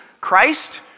Christ